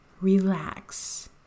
relax